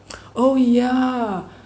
oh yeah